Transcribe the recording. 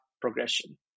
progression